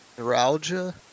Neuralgia